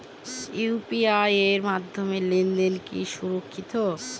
UPI এর মাধ্যমে লেনদেন কি সুরক্ষিত?